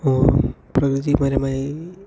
പ്രകൃതി പരമായി